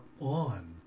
on